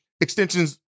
extensions